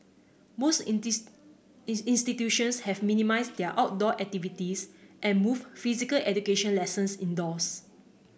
most institutions have minimised their outdoor activities and moved physical education lessons indoors